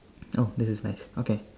oh this is nice okay